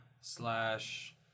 slash